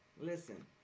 Listen